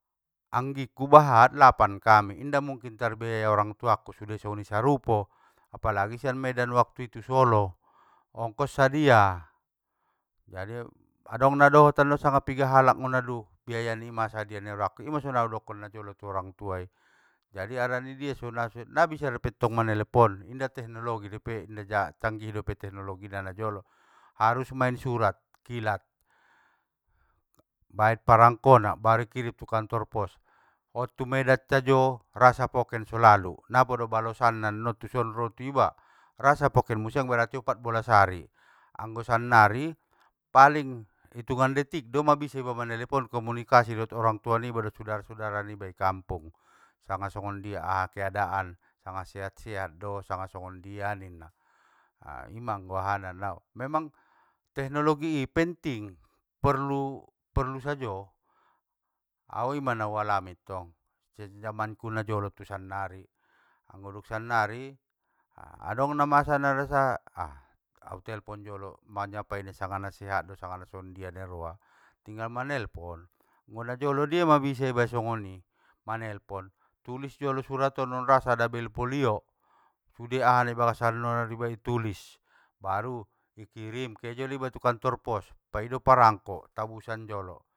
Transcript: Anggiku bahat!, lapan kami, inda mungkin tarbiayai orang tuaku sude songoni sarupo, apalagi sian medan waktui tu solo, ongkos sadia! Adong nadohotan sanga na piga halak tu sadun biaya ni ma sajia ninggrakku, ima na so udokon najolo tu orang tuai, jadi harani nia so na bisa dope tong manalepon. inda tehnologi dope inda ja- canggih dope tehnologi na najolo, harus main surat kilat. Baen parangkona baru ikirim tu kantor pos, on tu medan sajo, ra sapoken so lalu, na bodo balosanna non tu son ro tu iba, ra sapoken museng berarti opatbolas ari, anggo sannari paling, hitungan detik do mang bisa iba manalepon komunikasi dot orang tua niba dot sudara sudara niba i kampung, sanga songondia aha keadaan sanga siehat siehat do sanga songondia ninna, a ima anggo ahana na memang tehnologi i penting, porlu porlu sajo, au ima naualami tong, se jamanku najolo tu sannari, anggo dung sannari a adong na masa rasa a, u telpon jolo manyapaina sanga nasehat do sanga songondia ning roa, tinggal manelpon, anggo najolo dia me bisa iba songoni! Manelpon, tulis jolo surat on non ra sa dabel polio, sude aha nai bagasan non iba i tulis!, baru ikirim, kejolo iba tu kantor pos, paido parangko tabusan jolo.